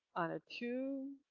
on a two,